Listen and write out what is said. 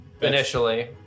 initially